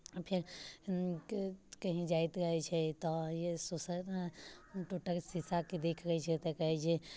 फेर क कहीँ जाइत रहै छै तऽ सिशल टूटल शीशाके देख लै छै तऽ कहै छै